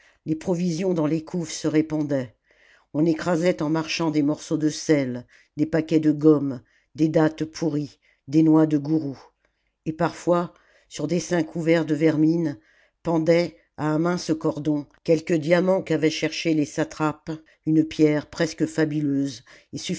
les provisions dans les couffes se répandaient on écrasait en marchant des morceaux de sel des paquets de gomme des dattes pourries des noix de gourou et parfois sur des seins couverts de vermine pendait à un mince cordon quelque diamant qu'avaient cherché les satrapes une pierre presque fabuleuse